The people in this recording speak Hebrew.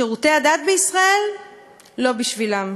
שירותי הדת בישראל לא בשבילם.